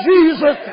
Jesus